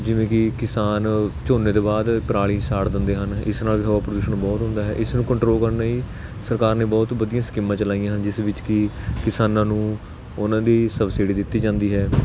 ਜਿਵੇਂ ਕਿ ਕਿਸਾਨ ਝੋਨੇ ਤੋਂ ਬਾਅਦ ਪਰਾਲੀ ਸਾੜ ਦਿੰਦੇ ਹਨ ਇਸ ਨਾਲ ਹਵਾ ਪ੍ਰਦੂਸ਼ਣ ਬਹੁਤ ਹੁੰਦਾ ਹੈ ਇਸ ਨੂੰ ਕੰਟਰੋਲ ਕਰਨ ਲਈ ਸਰਕਾਰ ਨੇ ਬਹੁਤ ਵਧੀਆ ਸਕੀਮਾਂ ਚਲਾਈਆਂ ਹਨ ਜਿਸ ਵਿੱਚ ਕਿ ਕਿਸਾਨਾਂ ਨੂੰ ਉਹਨਾਂ ਦੀ ਸਬਸਿਡੀ ਦਿੱਤੀ ਜਾਂਦੀ ਹੈ